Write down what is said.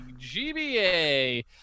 GBA